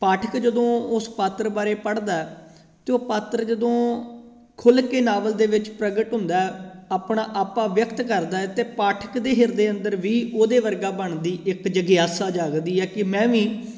ਪਾਠਕ ਜਦੋਂ ਉਸ ਪਾਤਰ ਬਾਰੇ ਪੜ੍ਹਦਾ ਅਤੇ ਉਹ ਪਾਤਰ ਜਦੋਂ ਖੁੱਲ੍ਹ ਕੇ ਨਾਵਲ ਦੇ ਵਿੱਚ ਪ੍ਰਗਟ ਹੁੰਦਾ ਆਪਣਾ ਆਪਾ ਵਿਅਕਤ ਕਰਦਾ ਅਤੇ ਪਾਠਕ ਦੇ ਹਿਰਦੇ ਅੰਦਰ ਵੀ ਉਹਦੇ ਵਰਗਾ ਬਣਨ ਦੀ ਇੱਕ ਜਗਿਆਸਾ ਜਾਗਦੀ ਹੈ ਕਿ ਮੈਂ ਵੀ